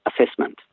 assessment